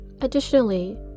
additionally